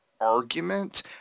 argument